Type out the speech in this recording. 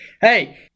Hey